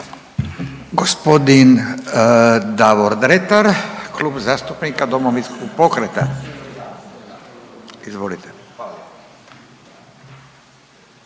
Hvala.